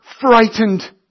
frightened